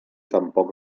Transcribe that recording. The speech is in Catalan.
tampoc